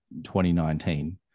2019